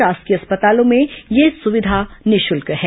शासकीय अस्पतालों में यह सुविधा निःशुल्क है